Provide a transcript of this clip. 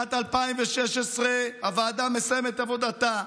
בשנת 2016 הוועדה מסיימת את עבודתה,